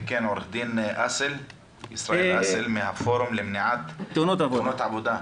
עורך דין ישראל אסל מהפורום למניעת תאונות עבודה.